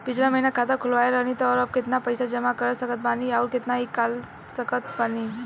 पिछला महीना खाता खोलवैले रहनी ह और अब केतना पैसा जमा कर सकत बानी आउर केतना इ कॉलसकत बानी?